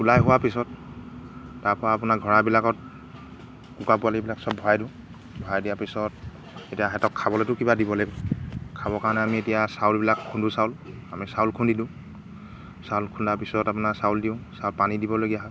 ওলাই হোৱাৰ পিছত তাৰপৰা আপোনাৰ ঘৰাবিলাকত কুকুৰা পোৱালিবিলাক সব ভৰাই দিওঁ ভৰাই দিয়াৰ পিছত এতিয়া সিহঁতক খাবলৈতো কিবা দিব লাগিব খাব কাৰণে আমি এতিয়া চাউলবিলাক খুন্দু চাউল আমি চাউল খুন্দি দিওঁ চাউল খুন্দা পিছত আপোনাৰ চাউল দিওঁ চাউল পানী দিবলগীয়া হয়